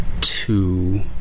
two